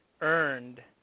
earned